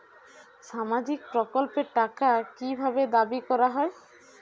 সামাজিক প্রকল্পের টাকা কি ভাবে দাবি করা হয়?